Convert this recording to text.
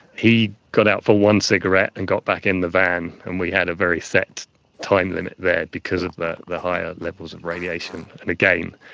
he got out for one cigarette and got back in the van, and we had a very set time limit there because of the the higher levels of radiation. and again,